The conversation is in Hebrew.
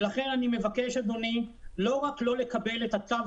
לכן אני מבקש אדוני לא רק לא לקבל את הצו